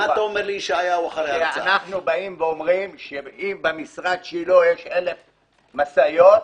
אנחנו אומרים שאם במשרד שלו יש אלף משאיות,